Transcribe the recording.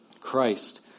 Christ